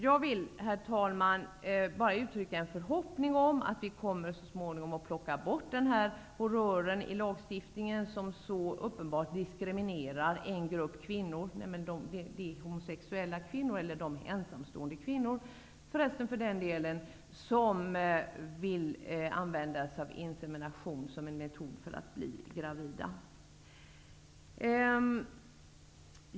Jag vill uttrycka en förhoppning om att vi så småningom kommer att ta bort denna horrör i lagstiftningen som så uppenbart diskriminerar en grupp kvinnor, nämligen de homosexuella kvinnorna -- och förresten för den delen även de ensamstående kvinnor som vill använda sig av insemination som en metod för att bli gravida.